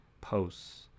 posts